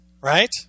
Right